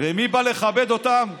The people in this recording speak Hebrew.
מי בא לכבד אותם?